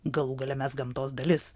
galų gale mes gamtos dalis